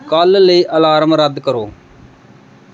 ਕੱਲ੍ਹ ਲਈ ਅਲਾਰਮ ਰੱਦ ਕਰੋ